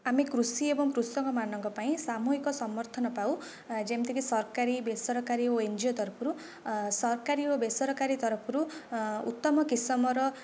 ଆମେ କୃଷି ଏବଂ କୃଷକମାନଙ୍କ ପାଇଁ ସାମୂହିକ ସମର୍ଥନ ପାଉ ଯେମିତିକି ସରକାରୀ ବେସରକାରୀ ଓ ଏନଜିଓ ତରଫରୁ ସରକାରୀ ଓ ବେସରକାରୀ ତରଫରୁ ଉତ୍ତମ କିସମର